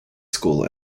school